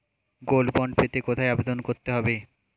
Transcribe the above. Gold bond পেতে কোথায় আবেদন করতে হবে?